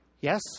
yes